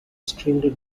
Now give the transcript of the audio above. extremely